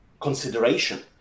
consideration